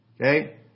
Okay